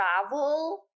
travel